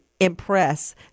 impress